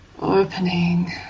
opening